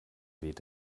weht